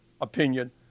opinion